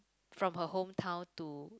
from her hometown to